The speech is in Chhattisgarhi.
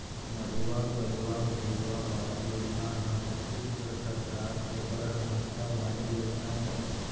नरूवा, गरूवा, घुरूवा, बाड़ी योजना ह छत्तीसगढ़ सरकार के बड़ महत्ता वाले योजना ऐ